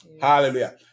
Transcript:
Hallelujah